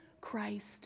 Christ